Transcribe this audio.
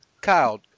Kyle